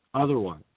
Otherwise